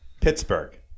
Pittsburgh